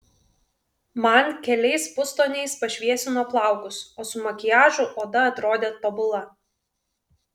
man keliais pustoniais pašviesino plaukus o su makiažu oda atrodė tobula